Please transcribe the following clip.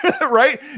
right